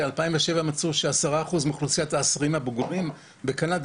ב-2007 מצאו שעשרה אחוזים מאוכלוסיית העשרים הבוגרים בקנדה,